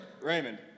Raymond